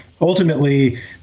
Ultimately